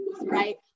right